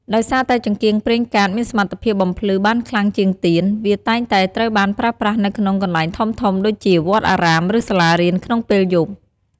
ដោយសារតែចង្កៀងប្រេងកាតមានសមត្ថភាពបំភ្លឺបានខ្លាំងជាងទៀន វាតែងតែត្រូវបានប្រើប្រាស់នៅក្នុងកន្លែងធំៗដូចជាវត្តអារាម ឬសាលារៀនក្នុងពេលយប់។